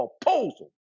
proposal